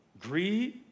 greed